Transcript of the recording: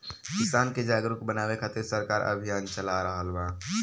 किसान के जागरुक बानवे खातिर सरकार अभियान चला रहल बा